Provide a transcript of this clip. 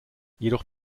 jedoch